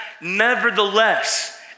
nevertheless